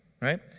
right